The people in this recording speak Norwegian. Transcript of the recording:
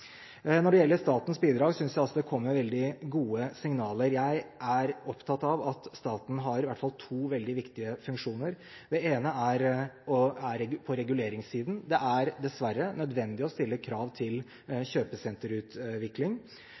Når det gjelder statens bidrag, synes jeg også det kommer veldig gode signaler. Jeg er opptatt av at staten i hvert fall har to veldig viktige funksjoner. Det ene er på reguleringssiden. Det er dessverre nødvendig å stille krav til kjøpesenterutvikling.